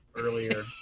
earlier